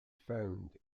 found